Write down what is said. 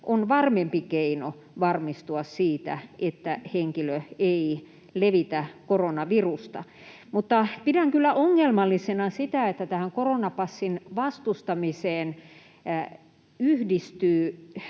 on varmempi keino varmistua siitä, että henkilö ei levitä koronavirusta. Pidän kyllä ongelmallisena sitä, että tähän koronapassin vastustamiseen yhdistyy